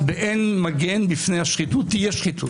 באין מגן מפני השחיתות תהיה שחיתות.